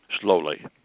slowly